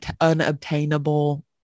unobtainable